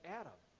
adam